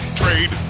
trade